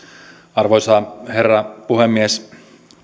arvoisa herra puhemies